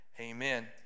amen